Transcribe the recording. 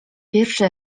pierwszy